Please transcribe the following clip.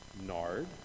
Nard